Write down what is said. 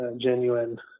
genuine